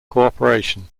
cooperation